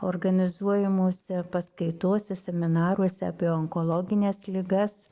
organizuojamose paskaitose seminaruose apie onkologines ligas